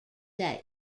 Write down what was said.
that